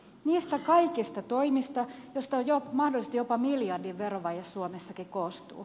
niistä kaikista toimista joista jo mahdollisesti jopa miljardin verovaje suomessakin koostuu